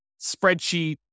spreadsheet